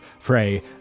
Frey